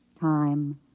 Time